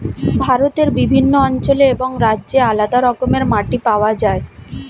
ভারতের বিভিন্ন অঞ্চলে এবং রাজ্যে আলাদা রকমের মাটি পাওয়া যায়